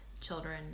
children